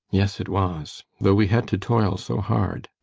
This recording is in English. yes, it was though we had to toil so hard.